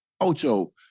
Ocho